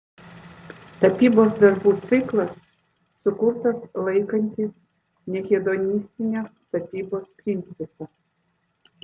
tapybos darbų ciklas sukurtas laikantis nehedonistinės tapybos principų